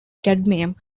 cadmium